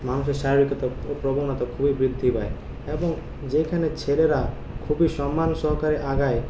মানুষের শারীরিকতা প্রবণতা খুবই বৃদ্ধি পায় এবং যেখানে ছেলেরা খুবই সম্মান সহকারে আগায়